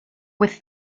with